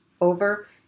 over